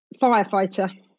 Firefighter